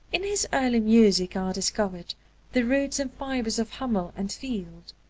in his early music are discovered the roots and fibres of hummel and field.